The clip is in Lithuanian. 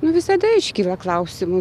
nu visada iškyla klausimų